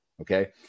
Okay